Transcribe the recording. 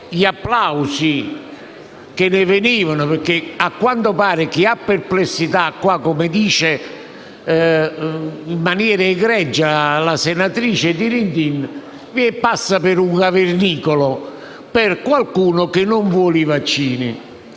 gli applausi che ne venivano perché, a quanto pare, qui chi ha perplessità, come diceva in maniera egregia la senatrice Dirindin, passa per un cavernicolo, per qualcuno che non vuole i vaccini.